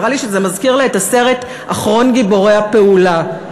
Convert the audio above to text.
אמרה לי שזה מזכירה לה את הסרט "אחרון גיבורי הפעולה".